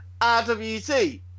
rwt